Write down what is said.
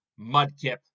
Mudkip